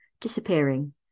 disappearing